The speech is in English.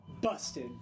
busted